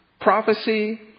prophecy